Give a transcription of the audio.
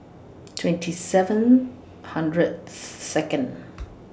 twenty seven hundred Second